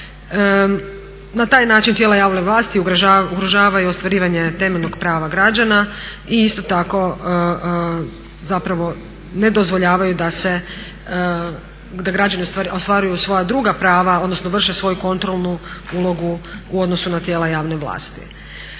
Na taj način tijela javne vlasti ugrožavaju ostvarivanje temeljnog prava građana i isto tako ne dozvoljavaju da građani ostvaruju svoja druga prava odnosno vrše svoju kontrolnu ulogu u odnosu na tijela javne vlasti.